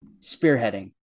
spearheading